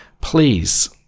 Please